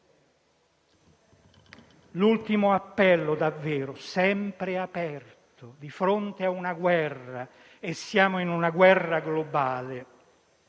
ultimo appello, davvero, sempre aperto di fronte a una guerra, e siamo in una guerra globale: